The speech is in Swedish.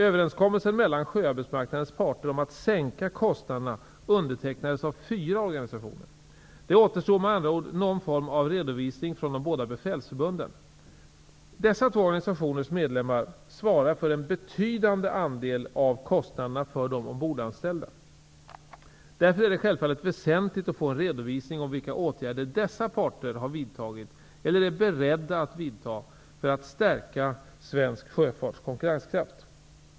Överenskommelsen mellan sjöarbetsmarknadens parter om att sänka kostnaderna undertecknades av fyra organisationer. Det återstår med andra ord någon form av redovisning från de båda befälsförbunden. Dessa två organisationers medlemmar svarar för en betydande andel av kostnaderna för de ombordanställda. Därför är det självfallet väsentligt att få en redovisning om vilka åtgärder dessa parter har vidtagit eller är beredda att vidta för att stärka svensk sjöfarts konkurrenskraft.